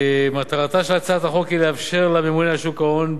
מטרתה של הצעת החוק היא לאפשר לממונה על שוק ההון,